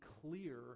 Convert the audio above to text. clear